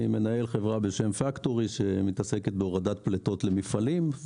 אני מנהל חברה בשם פקטורי שמתעסקת בהורדת פליטות למפעלים,